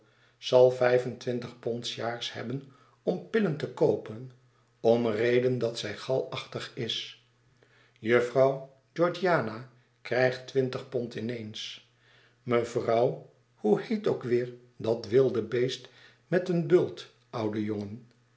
zal vijf en twintig pond s jaars hebben om pillen te koopen om reden dat zij galachtig is jufvrouw georgiana krijgt twintig pond in eens mevrouw hoeheetook weer dat wilde beest met een bult oudejongen